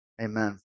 amen